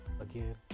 Again